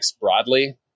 broadly